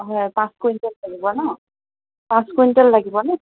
হয় পাঁচ কুইণ্টল লাগিব ন পাঁচ কুইণ্টল লাগিব নে